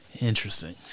Interesting